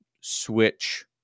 switch